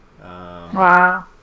Wow